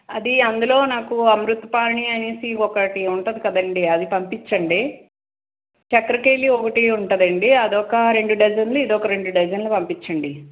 అది అందులో నాకు అమృత పాణి అనేసి ఒకటి ఉంటుంది కదండి అది పంపించండి చక్ర కేళి ఒకటి ఉంటుందండి అదొక రెండు డజన్లు ఇదొక రెండు డజన్లు పంపించండి